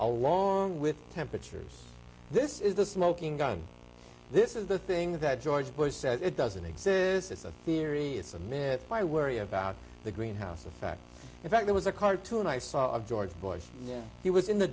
along with temperatures this is the smoking gun this is the thing that george bush says it doesn't exist it's a theory it's a myth why worry about the greenhouse effect in fact there was a cartoon i saw of george bush he was in the